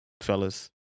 fellas